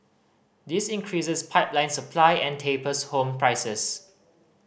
this increases pipeline supply and tapers home prices